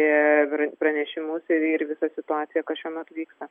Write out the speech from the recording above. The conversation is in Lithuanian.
ee pranešimus ir visą situaciją kas šiuo metu atvyksta